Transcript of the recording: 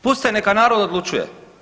Pustite neka narod odlučuje.